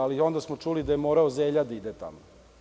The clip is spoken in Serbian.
Ali, onda smo čuli da je morao Zelja da ide tamo.